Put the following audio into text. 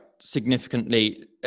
significantly